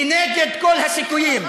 כנגד כל הסיכויים.